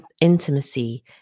intimacy